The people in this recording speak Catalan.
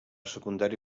secundari